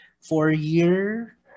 four-year